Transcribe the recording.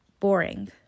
boring